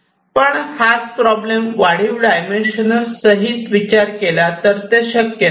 पण हाच प्रॉब्लेम वाढीव डायमेन्शन सहित विचार केला तर शक्य नाही